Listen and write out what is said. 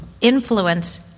influence